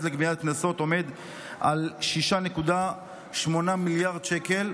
לגביית קנסות עומד על 6.8 מיליארד שקל,